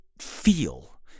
feel